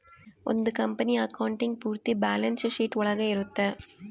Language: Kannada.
ಒಂದ್ ಕಂಪನಿ ಅಕೌಂಟಿಂಗ್ ಪೂರ್ತಿ ಬ್ಯಾಲನ್ಸ್ ಶೀಟ್ ಒಳಗ ಇರುತ್ತೆ